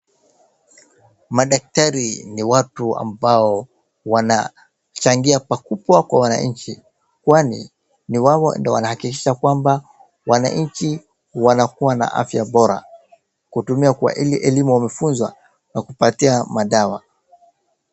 Madaktari ni watu ambao waachangia pakubwa kwa wananchi kwani ni wao ndio wanahakikisha kwamba wananchi wanakuwa na afya bora kutumia kwa ile elimu wamefunza na kupatia madawa.